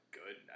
good